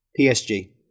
PSG